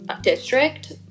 district